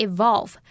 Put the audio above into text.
Evolve